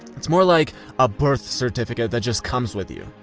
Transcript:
it's more like a birth certificate that just comes with you.